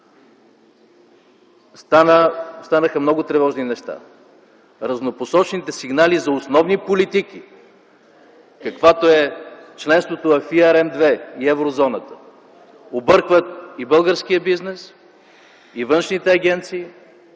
Станаха много тревожни неща. Разнопосочните сигнали за основни политики, каквито са членството в ERM ІІ и Еврозоната, объркват и българския бизнес, и външните агенции,